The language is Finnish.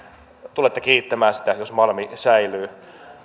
tulette kiittämään jos malmi säilyy